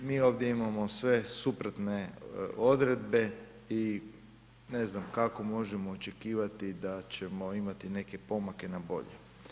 Mi ovdje imamo sve suprotne odredbe i ne znam kako možemo očekivati, da ćemo imati neki pomak i na bolje.